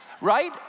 right